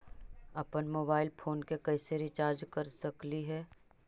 अप्पन mobile phone के कैसे रिचार्ज कर सकली हे?